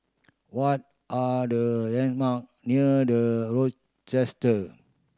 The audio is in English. what are the landmark near The Rochester